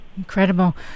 Incredible